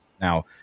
Now